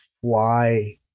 fly